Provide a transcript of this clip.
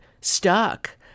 stuck